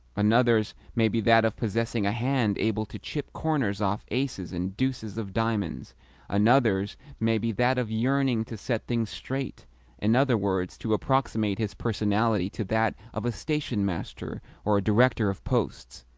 another's may be that of possessing a hand able to chip corners off aces and deuces of diamonds another's may be that of yearning to set things straight in other words, to approximate his personality to that of a stationmaster or a director of posts.